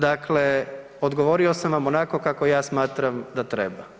Dakle, odgovorio sam vam onako kako ja smatram da treba.